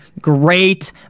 great